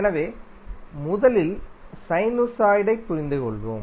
எனவே முதலில் சைனுசாய்டைப் புரிந்துகொள்வோம்